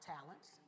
talents